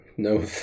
No